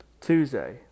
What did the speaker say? Tuesday